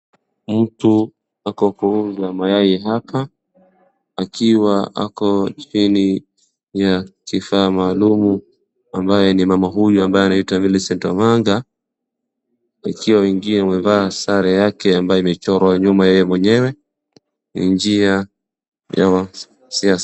mtu anauza mayai hapa akiwa ako chini ya kifaa maluumu ambaye ni mama huyu ambaye anaitwa Milicent Omanga akiwa mwingine ameva sare yake ambaye iliochorwa nyuma yeye mwenyewe ni njia ya wanasiasa